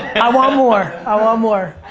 i want more. i want more.